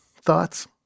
thoughts